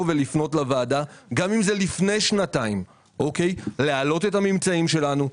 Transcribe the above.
ולפנות לוועדה גם אם זה לפני שנתיים להעלות את הממצאים שלנו,